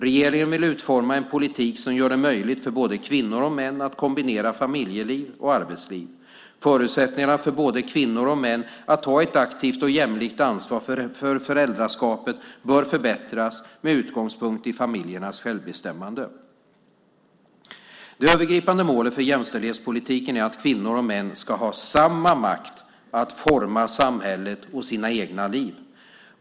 Regeringen vill utforma en politik som gör det möjligt för både kvinnor och män att kombinera familjeliv med arbetsliv. Förutsättningarna för både kvinnor och män att ta ett aktivt och jämlikt ansvar för föräldraskapet bör förbättras, med utgångspunkt i familjernas självbestämmande. Det övergripande målet för jämställdhetspolitiken är att kvinnor och män ska ha samma makt att forma samhället och sina egna liv.